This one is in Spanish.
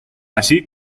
así